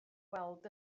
weld